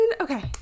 okay